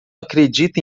acredita